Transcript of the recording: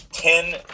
Ten